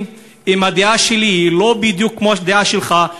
שאם הדעה שלי היא לא בדיוק כמו הדעה שלך,